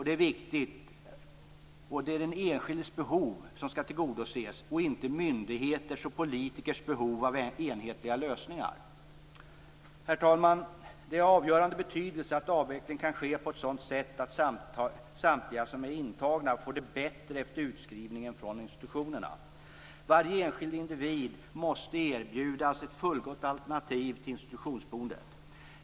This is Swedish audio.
Det är viktigt. Det är den enskildes behov som skall tillgodoses och inte myndigheters och politikers behov av enhetliga lösningar. Herr talman! Det är av avgörande betydelse att avveckling kan ske på ett sådant sätt att samtliga som är intagna får det bättre efter utskrivningen från institutionerna. Varje enskild individ måste erbjudas ett fullgott alternativ till institutionsboendet.